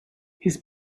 his